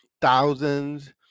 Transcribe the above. Thousands